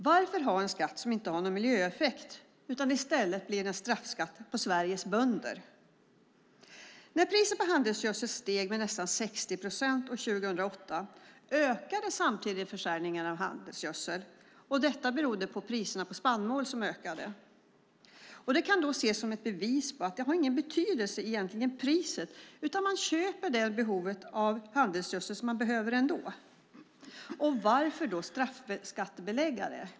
Varför ha en skatt som inte har någon miljöeffekt utan som i stället blir en straffskatt för Sveriges bönder? När priset på handelsgödsel år 2008 steg med nästan 60 procent ökade försäljningen av handelsgödsel beroende på att spannmålspriserna ökade. Det kan ses som ett bevis på att priset egentligen inte har någon betydelse. Man köper den handelsgödsel som man behöver. Varför då straffskattebelägga här?